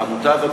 העמותה הזאת,